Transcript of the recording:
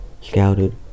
scouted